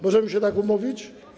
Możemy się tak umówić?